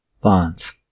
bonds